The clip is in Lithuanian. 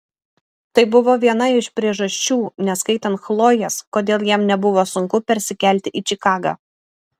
tai buvo viena iš priežasčių neskaitant chlojės kodėl jam nebuvo sunku persikelti į čikagą